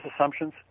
assumptions